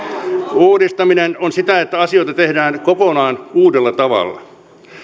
uudistaminen on sitä että asioita tehdään kokonaan uudella tavalla